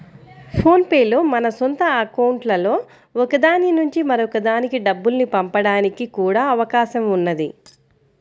phone pay లో మన సొంత అకౌంట్లలో ఒక దాని నుంచి మరొక దానికి డబ్బుల్ని పంపడానికి కూడా అవకాశం ఉన్నది